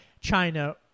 China